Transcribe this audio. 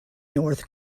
north